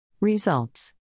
Results